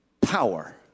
power